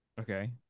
Okay